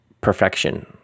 perfection